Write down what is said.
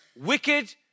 Wicked